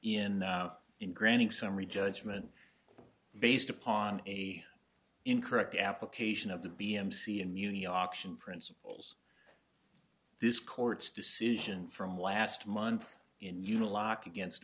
in granting summary judgment based upon incorrect application of the b m c immunity auction principles this court's decision from last month in uniloc against